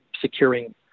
securing